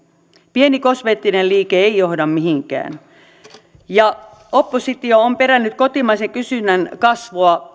pieni kosmeettinen liike ei johda mihinkään oppositio on perännyt kotimaisen kysynnän kasvua